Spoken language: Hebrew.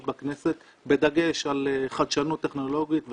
בכנסת בדגש על חדשנות טכנולוגיות וחדשנות,